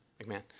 McMahon